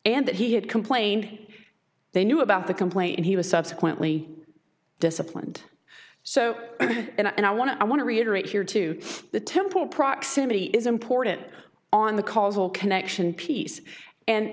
that he had complained they knew about the complaint and he was subsequently disciplined so and i want to i want to reiterate here to the temple proximity is important on the causal connection piece and